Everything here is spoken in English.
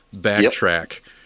backtrack